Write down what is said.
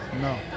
No